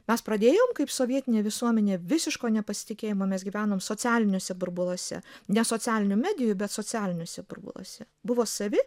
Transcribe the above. mes pradėjom kaip sovietinė visuomenė visiško nepasitikėjimo mes gyvenom socialiniuose burbuluose ne socialinių medijų bet socialiniuose burbuluose buvo savi